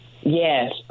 Yes